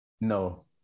No